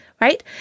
right